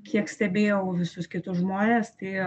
kiek stebėjau visus kitus žmones tai